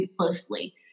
closely